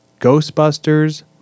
Ghostbusters